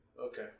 Okay